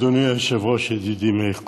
אדוני היושב-ראש ידידי מאיר כהן,